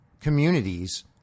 communities